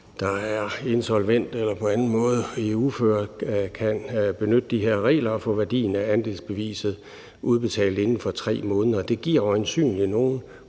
der er insolvent eller på anden måde i uføre, kan benytte de her regler og få værdien af andelsbeviset udbetalt inden for 3 måneder. Det giver øjensynligt nogen